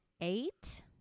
eight